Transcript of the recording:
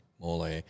mole